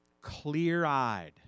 clear-eyed